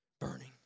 burning